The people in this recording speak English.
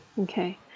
Okay